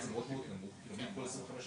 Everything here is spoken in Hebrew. הסיפור הזה, פשוט